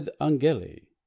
Angeli